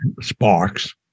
Sparks